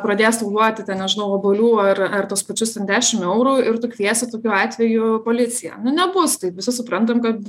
pradės tau duoti ten nežinau obuolių ar ar tuos pačius ten dešim eurų ir tu kviesi tokiu atveju policiją nu nebus taip visi suprantam kad